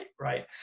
right